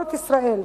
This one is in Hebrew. מסורת ישראל,